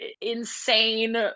insane